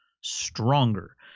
stronger